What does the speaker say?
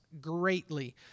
greatly